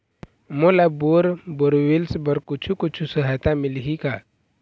मोला bore borewells बर कुछू कछु सहायता मिलही का?